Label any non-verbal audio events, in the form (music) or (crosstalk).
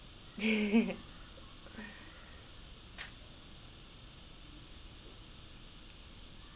(laughs)